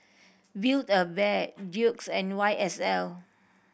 Build A Bear Doux and Y S L